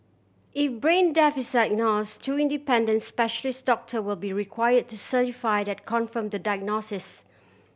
if brain death is diagnose two independent specialist doctor will be require to certify that confirm the diagnosis